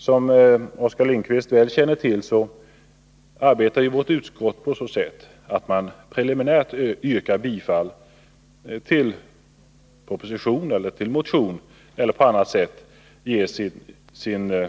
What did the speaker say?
Som Oskar Lindkvist väl känner till arbetar vårt utskott så, att ledamöterna yrkar bifall till en proposition eller motion eller på annat sätt ger sin